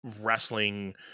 wrestling